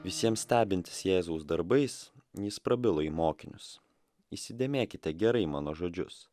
visiem stebintis jėzaus darbais jis prabilo į mokinius įsidėmėkite gerai mano žodžius